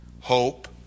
Hope